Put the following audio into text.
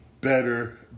better